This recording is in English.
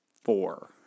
four